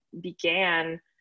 began